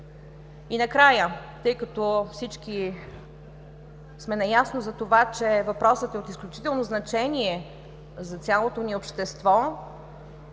И накрая, тъй като всички сме наясно с това, че въпросът е от изключително значение за цялото ни общество,